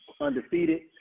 undefeated